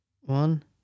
One